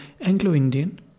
Anglo-Indian